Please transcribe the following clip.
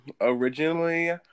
originally